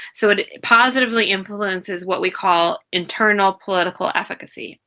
so it positively influences what we call internal political efficacy,